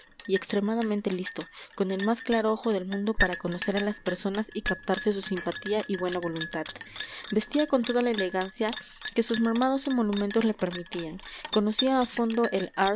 y extremadamente listo con el más claro ojo del mundo para conocer a las personas y captarse su simpatía y buena voluntad vestía con toda la elegancia que sus mermados emolumentos le permitían conocía a fondo el